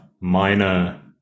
minor